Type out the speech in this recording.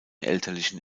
elterlichen